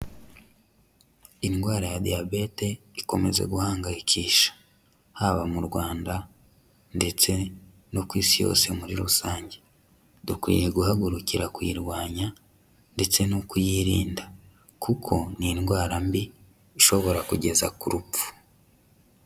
Indwara ya diyabete ikomeza guhangayikisha. Haba mu Rwanda ndetse no ku Isi yose muri rusange, dukwiye guhagurukira kuyirwanya ndetse no kuyirinda kuko ni indwara mbi ishobora kugeza ku rupfu.